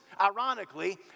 Ironically